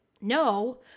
No